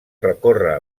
recorre